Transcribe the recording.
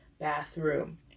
bathroom